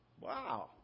Wow